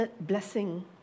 blessing